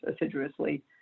assiduously